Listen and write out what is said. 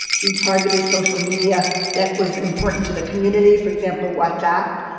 we targeted social media that was important to the community, for example whatsapp.